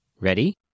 Ready